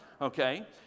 Okay